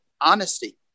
honesty